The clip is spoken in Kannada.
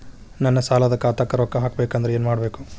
ನನ್ನ ಸಾಲದ ಖಾತಾಕ್ ರೊಕ್ಕ ಹಾಕ್ಬೇಕಂದ್ರೆ ಏನ್ ಮಾಡಬೇಕು?